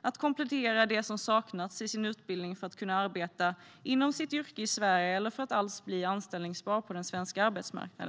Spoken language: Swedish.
att komplettera det som saknats i deras utbildning för att kunna arbeta inom sitt yrke i Sverige eller för att alls bli anställbar på den svenska arbetsmarknaden.